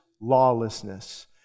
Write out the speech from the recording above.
lawlessness